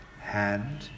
hand